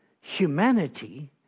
Humanity